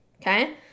okay